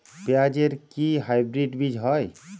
পেঁয়াজ এর কি হাইব্রিড বীজ হয়?